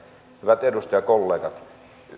hyvät edustajakollegat että